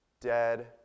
Dead